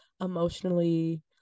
emotionally